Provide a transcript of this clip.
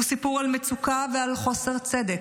הוא סיפור על מצוקה ועל חוסר צדק.